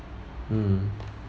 mm